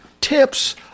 tips